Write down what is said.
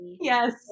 Yes